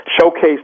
showcase